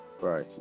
right